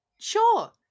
Sure